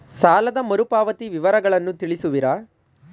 ಸಾಲದ ಮರುಪಾವತಿ ವಿವರಗಳನ್ನು ತಿಳಿಸುವಿರಾ?